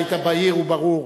היית בהיר וברור.